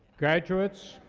graduates,